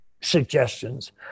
suggestions